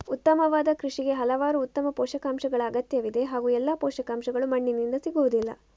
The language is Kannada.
ಉತ್ತಮವಾದ ಕೃಷಿಗೆ ಹಲವಾರು ಉತ್ತಮ ಪೋಷಕಾಂಶಗಳ ಅಗತ್ಯವಿದೆ ಹಾಗೂ ಎಲ್ಲಾ ಪೋಷಕಾಂಶಗಳು ಮಣ್ಣಿನಿಂದ ಸಿಗುವುದಿಲ್ಲ